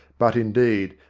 but, indeed,